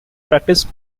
practice